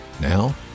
Now